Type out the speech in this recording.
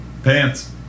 Pants